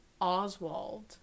Oswald